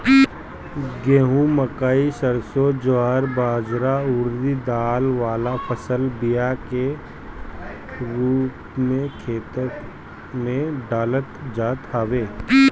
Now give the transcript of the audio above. गेंहू, मकई, सरसों, ज्वार बजरा अउरी दाल वाला फसल बिया के रूप में खेते में डालल जात हवे